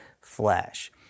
flesh